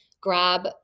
grab